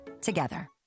together